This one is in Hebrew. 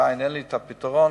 עדיין אין לי פתרון,